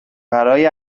برای